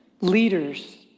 leaders